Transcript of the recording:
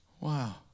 Wow